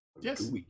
Yes